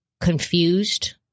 confused